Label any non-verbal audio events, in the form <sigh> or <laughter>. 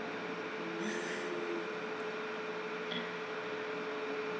<laughs>